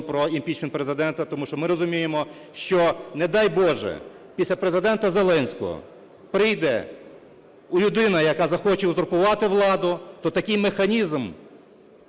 про імпічмент Президента, тому що ми розуміємо, що, не дай Боже, після Президента Зеленського прийде людина, яка захоче узурпувати владу, то такий механізм